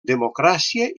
democràcia